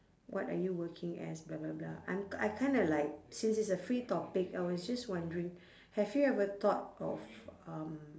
what are you working as blah blah blah I'm I kinda like since it's a free topic I was just wondering have you ever thought of um